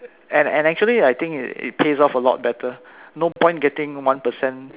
and and actually I think it it pays off a lot better no point getting one percent